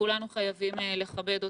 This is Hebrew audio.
וכולנו חייבים לכבד אותו,